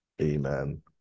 Amen